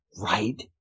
right